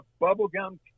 bubblegum